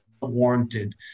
warranted